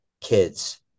kids